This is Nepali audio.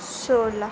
सोह्र